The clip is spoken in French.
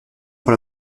pour